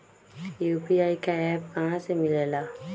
UPI का app कहा से मिलेला?